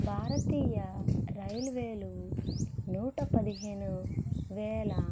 భారతీయ రైల్వేలు నూటపదిహేను వేల